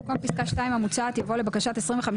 בסעיף (ב1) במקום פסקה (1) המוצעת יבוא 'נבצרות ראש